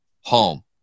home